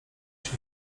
się